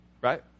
Right